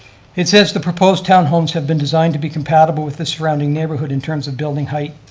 it says the proposed town homes have been designed to be compatible with the surrounding neighborhood in terms of building height,